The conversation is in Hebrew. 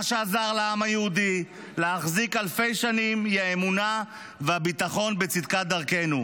מה שעזר לעם היהודי להחזיק אלפי שנים הם האמונה והביטחון בצדקת דרכנו.